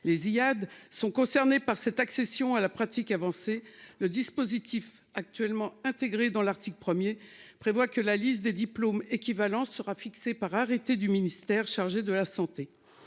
les Ziyad sont concernés par cette accession à la pratique avancée. Le dispositif actuellement intégrés dans l'article 1er prévoit que la liste des diplômes équivalents sera fixé par arrêté du ministère chargé de la santé.